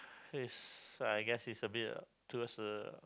it's I guess it's a bit uh towards the